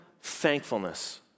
thankfulness